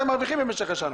הם מרוויחים במשך השנה.